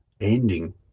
ending